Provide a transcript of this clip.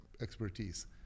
expertise